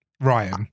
Ryan